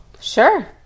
Sure